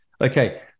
Okay